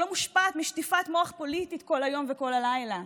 שלא מושפעת משטיפת מוח פוליטית כל היום וכל הלילה,